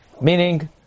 Meaning